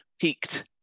peaked